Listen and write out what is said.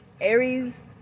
Aries